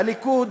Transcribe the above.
הליכוד,